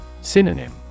Synonym